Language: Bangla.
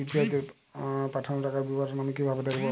ইউ.পি.আই তে পাঠানো টাকার বিবরণ আমি কিভাবে দেখবো?